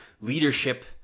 Leadership